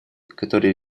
которые